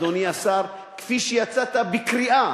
אדוני השר, כפי שיצאת בקריאה,